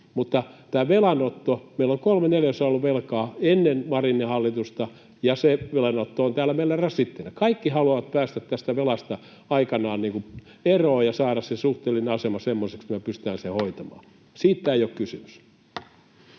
Mutta tästä velanotosta: meillä on kolme neljäsosaa ollut velkaa ennen Marinin hallitusta, ja se velanotto on täällä meillä rasitteena. Kaikki haluavat päästä tästä velasta aikanaan eroon ja saada sen suhteellinen asema semmoiseksi, että me pystytään se hoitamaan. [Puhemies